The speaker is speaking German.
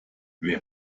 wer